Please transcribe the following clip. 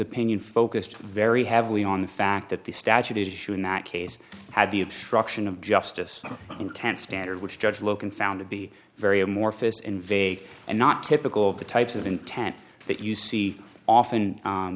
opinion focused very heavily on the fact that the statute issue in that case had the obstruction of justice intent standard which judge loken found to be very amorphous in vague and not typical of the types of intent that you see often